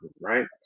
right